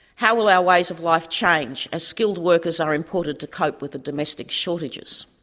how will our ways of life change as skilled workers are imported to cope with the domestic shortages?